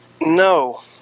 No